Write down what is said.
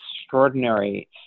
extraordinary